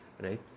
right